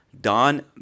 Don